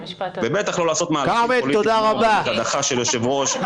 ובטח לא לעשות מהלכים פוליטיים כמו הדחה של יושב-ראש.